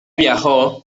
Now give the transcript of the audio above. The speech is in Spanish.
viajó